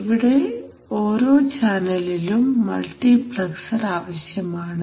ഇവിടെ ഓരോ ചാനലിലും മൾട്ടിപ്ലക്സർ ആവശ്യമാണ്